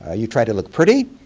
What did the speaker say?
ah you try to look pretty.